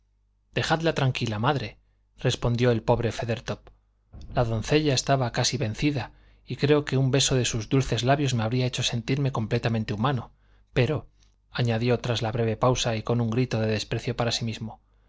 dejadla tranquila madre respondió el pobre feathertop la doncella estaba casi vencida y creo que un beso de sus dulces labios me habría hecho sentirme completamente humano pero añadió tras breve pausa y con un grito de desprecio para sí mismo